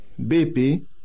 BP